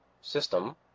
system